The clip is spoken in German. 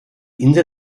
insel